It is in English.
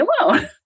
alone